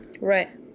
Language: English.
Right